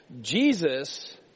Jesus